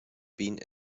being